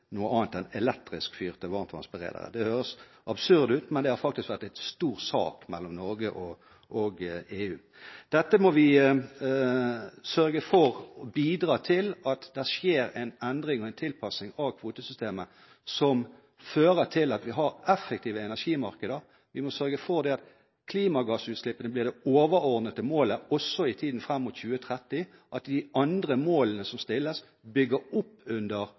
noe annet enn elektrisk fyrte varmtvannsberedere. Det høres absurd ut, men det har faktisk vært en stor sak mellom Norge og EU. Dette må vi sørge for bidrar til at det skjer en endring og en tilpasning av kvotesystemet som fører til at vi har effektive energimarkeder. Vi må sørge for at klimagassutslippene blir det overordnede målet også i tiden fram mot 2030, at de andre målene som stilles, bygger opp under